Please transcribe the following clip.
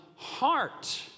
Heart